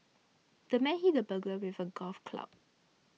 the man hit the burglar with a golf club